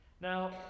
Now